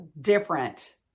different